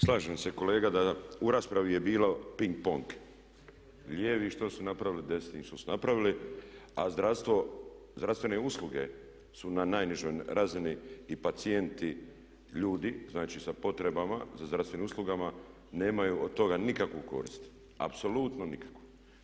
Slažem se kolega, u raspravi je bilo ping-pong, lijevi što su napravili, desni što su napravili a zdravstvene usluge su na najnižoj razini i pacijenti, ljudi znači sa potrebama za zdravstvenim uslugama nemaju od toga nikakvu korist, apsolutno nikakvu.